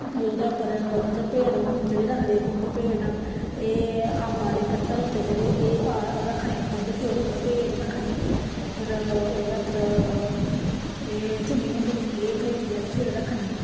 फ्ही ओह्दे उप्पर मतलब भेंट जेह्ड़ी रखदे कुम्भ भेंट एह् अम्बा दे पत्तर होंदे जेह्ड़े एह् पा रक्खने उप्पर ते फ्ही ओह्दे उप्पर भेंट रक्खनी उप्पर ओह्दे उप्पर एह् चुन्नी होंदी निक्की जेही पलेटियै ते फिर रक्खनी